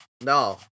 No